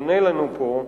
עונה לנו פה.